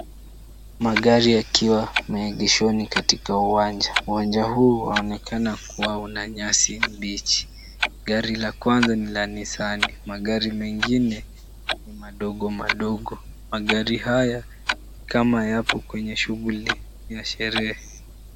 Magari yakiwa yameegeshwa katika uwanja. Uwanja huu unaonekana kuwa una nyasi mbichi. Gari la kwanza ni la nisani. Magari mengine ni madogo madogo. Magari haya ni kama yapo kwenye shughuli ya sherehe.